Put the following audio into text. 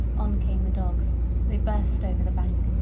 on came the dogs they burst over the bank,